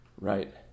Right